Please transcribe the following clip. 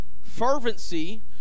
Fervency